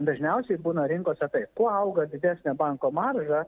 dažniausiai būna rinkose taip kuo auga didesnė banko marža